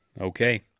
Okay